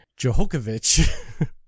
Johokovic